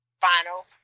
final